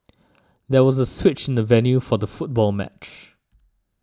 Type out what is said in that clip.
there was a switch in the venue for the football match